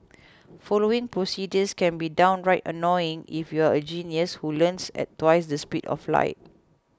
following procedures can be downright annoying if you're a genius who learns at twice the speed of light